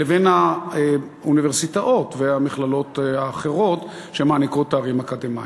לבין האוניברסיטאות והמכללות האחרות שמעניקות תארים אקדמיים.